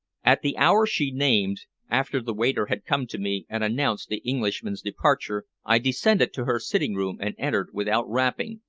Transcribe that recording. at the hour she named, after the waiter had come to me and announced the englishman's departure, i descended to her sitting-room and entered without rapping,